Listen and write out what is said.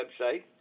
website